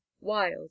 wild